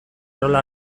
rola